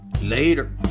Later